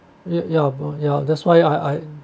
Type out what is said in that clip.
ya ya ya that's why I I